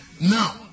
Now